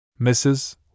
Mrs